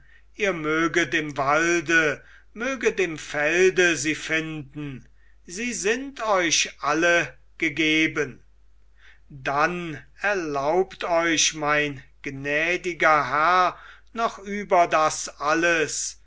ihr möget im walde möget im felde sie finden sie sind euch alle gegeben dann erlaubt euch mein gnädiger herr noch über das alles